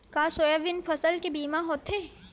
का सोयाबीन फसल के बीमा होथे?